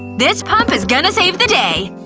this pump is gonna save the day!